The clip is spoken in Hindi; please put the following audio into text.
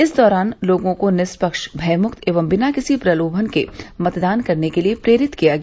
इस दौरान लोगों को निष्पक्ष भयमुक्त एवं बिना किसी प्रलोभन के मतदान करने के लिये प्रेरित किया गया